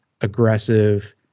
aggressive